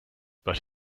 but